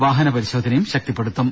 വാഹന പരിശോധനയും ശക്തിപ്പെടുത്തും